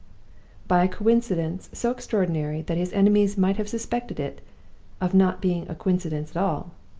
by a coincidence so extraordinary that his enemies might have suspected it of not being a coincidence at all,